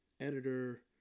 Editor